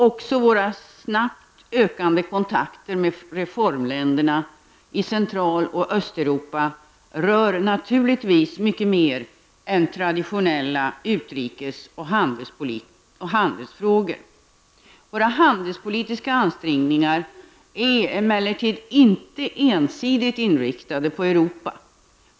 Också våra snabbt ökande kontakter med reformländerna i Central och Östeuropa rör naturligtvis mycket mer än traditionella utrikes och handelsfrågor. Våra handelspolitiska ansträngningar är emellertid inte ensidigt inriktade på Europa.